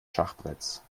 schachbretts